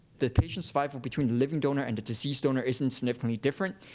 the patient survival between the living donor and the deceased donor isn't significantly different,